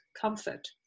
comfort